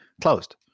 closed